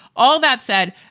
all that said,